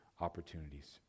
opportunities